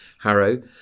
Harrow